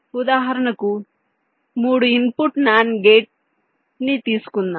ఉదాహరణకు మూడు input NAND gate ని తీసుకుందాం